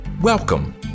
Welcome